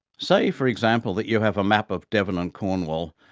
say, for example, that you have a map of devon and cornwall,